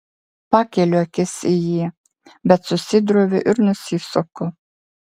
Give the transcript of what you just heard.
pakeliu akis jį į bet susidroviu ir nusisuku